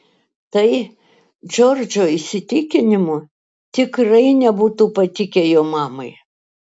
tai džordžo įsitikinimu tikrai nebūtų patikę jo mamai